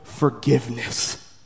Forgiveness